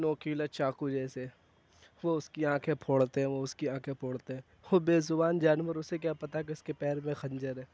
نوکیلا چاقو جیسے وہ اس کی آنکھیں پھوڑتے ہیں وہ اس کی آنکھیں پھوڑتے ہیں وہ بے زبان جانور اسے کیا پتا کہ اس کے پیر میں خنجر ہے